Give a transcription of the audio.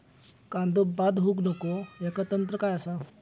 कांदो बाद होऊक नको ह्याका तंत्र काय असा?